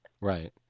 Right